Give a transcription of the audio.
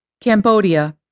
Cambodia